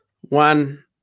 one